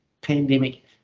pandemic